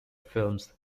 films